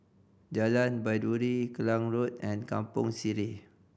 Jalan Baiduri Klang Road and Kampong Sireh